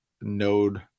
node